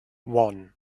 one